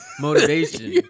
motivation